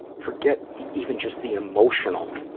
forget even just the emotional,